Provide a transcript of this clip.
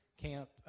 Camp